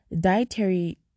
dietary